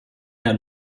der